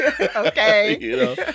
Okay